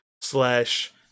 slash